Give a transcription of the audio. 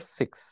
six